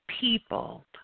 People